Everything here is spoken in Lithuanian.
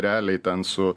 realiai ten su